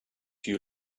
you